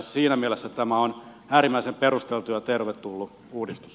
siinä mielessä tämä on äärimmäisen perusteltu ja tervetullut uudistus